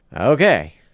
Okay